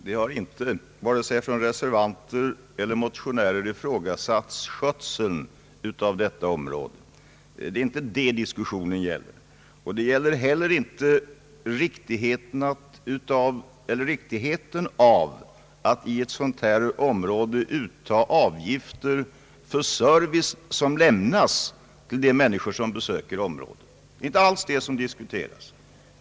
Herr talman! Vare sig reservanter eller motionärer har ifrågasatt den goda skötseln av detta område. Det är inte det diskussionen gäller, och inte heller riktigheten av att i ett sådant område utta avgifter för service som lämnas de människor som besöker området. Det är inte alls det som diskuteras.